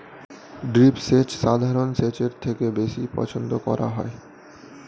drip সেচ সাধারণ সেচের থেকে বেশি পছন্দ করা হয়